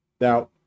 Now